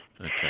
Okay